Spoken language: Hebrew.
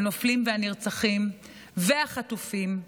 הנופלים והנרצחים והחטופים,